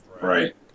Right